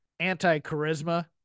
anti-charisma